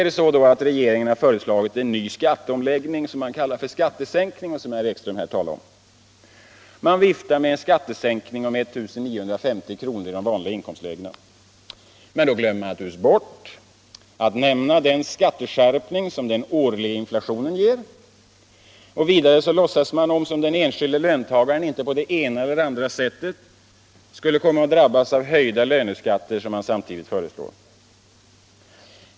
Därför har regeringen nu också föreslagit en ny skatteomläggning som man kallar för skattesänkning och som herr Ekström här talade om. Man viftar med en skattesänkning på 1 950 kr. i de vanliga inkomstlägena. Men man glömmer bort att nämna den skatteskärpning som den årliga inflationen ger. Vidare låtsas man som om den enskilda löntagaren inte på det ena eller andra sättet skulle komma att drabbas av höjda löneskatter, som man samtidigt föreslår.